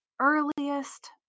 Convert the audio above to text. earliest